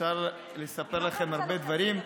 אפשר לספר לכם הרבה דברים.